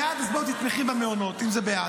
בעד, אז בואי תתמכי במעונות, אם זה בעד.